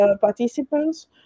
participants